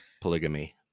polygamy